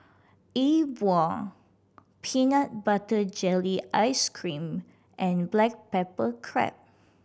E Bua peanut butter jelly ice cream and black pepper crab